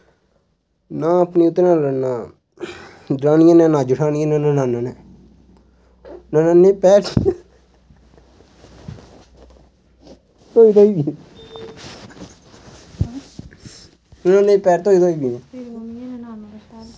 ना पति नै लड़ना दरानियैं नै ना जठानियैं नै ना ननानै नै ननानै नै फ्ही मतलव पैट्ट होई दे होंदे